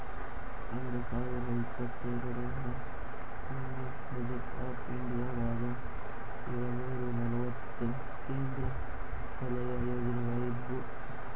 ಎರಡ್ ಸಾವಿರದ ಇಪ್ಪತ್ತೆರಡರ ಯೂನಿಯನ್ ಬಜೆಟ್ ಆಫ್ ಇಂಡಿಯಾದಾಗ ಏಳುನೂರ ನಲವತ್ತ ಕೇಂದ್ರ ವಲಯ ಯೋಜನೆಗಳ ಇದ್ವು